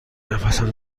نفسم